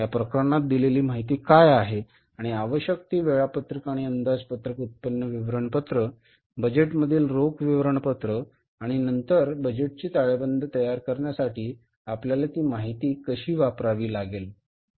या प्रकरणात दिलेली माहिती काय आहे आणि आवश्यक ती वेळापत्रक आणि अंदाजपत्रक उत्पन्न विवरणपत्र बजेटमधील रोख विवरणपत्र आणि नंतर बजेटची ताळेबंद तयार करण्यासाठी आपल्याला ती माहिती कशी वापरावी लागेल बरोबर